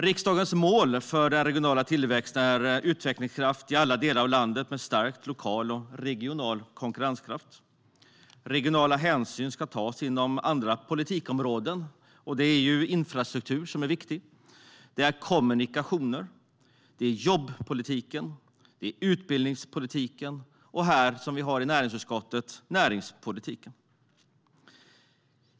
Riksdagens mål för den regionala tillväxten är utvecklingskraft i alla delar av landet med stark lokal och regional konkurrenskraft. Regional hänsyn ska tas inom andra politikområden. Det som är viktigt är infrastruktur, kommunikationer, jobbpolitik, utbildningspolitik och det vi arbetar med i näringsutskottet: näringspolitik.